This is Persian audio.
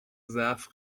ضعف